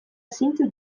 zeintzuk